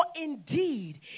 indeed